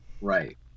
Right